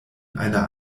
einer